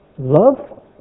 Love